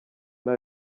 nta